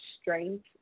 strength